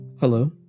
Hello